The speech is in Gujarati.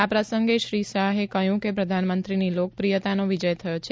આ પ્રસંગે શ્રી શાહે કહ્યું કે પ્રધાનમંત્રીની લોકપ્રિયતાનો વિજય થયો છે